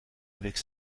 avec